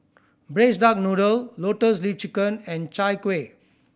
Braised Duck Noodle Lotus Leaf Chicken and Chai Kuih